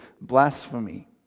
blasphemy